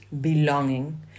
belonging